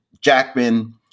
Jackman